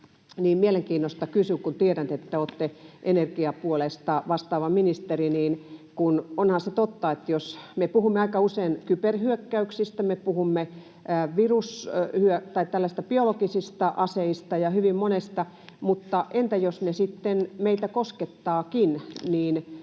Eli mielenkiinnosta kysyn — kun tiedän, että olette energiapuolesta vastaava ministeri — koska onhan se totta, että aika usein, jos me puhumme kyberhyökkäyksistä, me puhumme biologisista aseista ja hyvin monista: Entä jos ne sitten meitä koskettavatkin,